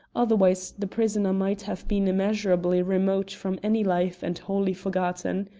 otherwise the prisoner might have been immeasurably remote from any life and wholly forgotten.